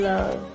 Love